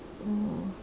oh